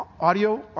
Audio